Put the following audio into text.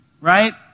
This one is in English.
right